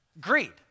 Greed